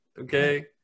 Okay